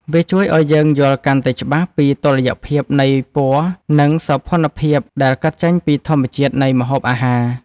វាជួយឱ្យយើងយល់កាន់តែច្បាស់ពីតុល្យភាពនៃពណ៌ និងសោភ័ណភាពដែលកើតចេញពីធម្មជាតិនៃម្ហូបអាហារ។